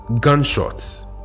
gunshots